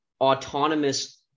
autonomous